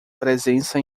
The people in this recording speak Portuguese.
presença